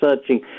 searching